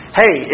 hey